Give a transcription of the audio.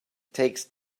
takes